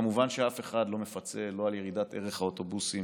כמובן שאף אחד לא מפצה לא על ירידת ערך האוטובוסים,